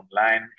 online